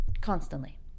constantly